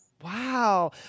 Wow